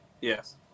Yes